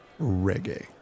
Reggae